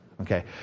okay